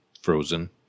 frozen